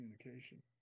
communication